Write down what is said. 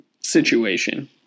situation